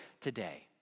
today